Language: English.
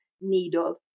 Needle